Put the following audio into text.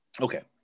Okay